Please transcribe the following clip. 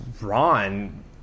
Ron